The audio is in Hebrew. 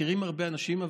מכירים הרבה אנשים,